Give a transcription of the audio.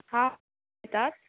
हा येतात